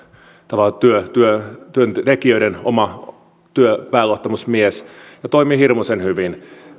tavallaan työntekijöiden oma pääluottamusmies ja toimii hirmuisen hyvin